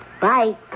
Bye